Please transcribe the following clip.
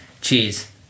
Cheers